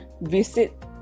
visit